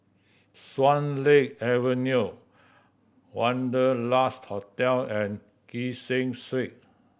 Swan Lake Avenue Wanderlust Hotel and Kee Seng Street